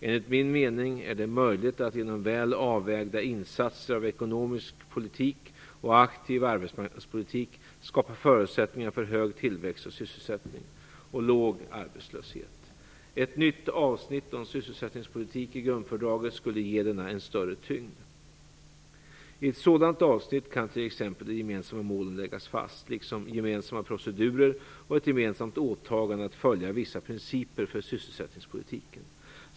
Enligt min mening är det möjligt att genom väl avvägda insatser av ekonomisk politik och aktiv arbetsmarknadspolitik skapa förutsättningar för hög tillväxt och sysselsättning och låg arbetslöshet. Ett nytt avsnitt om sysselsättningspolitik i grundfördraget skulle ge denna en större tyngd. I ett sådant avsnitt kan t.ex. de gemensamma målen läggas fast, liksom gemensamma procedurer och ett gemensamt åtagande att följa vissa principer för sysselsättningspolitiken.